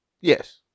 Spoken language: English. Yes